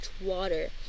water